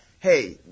Hey